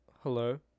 Hello